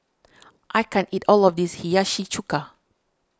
I can't eat all of this Hiyashi Chuka